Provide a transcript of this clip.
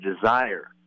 desire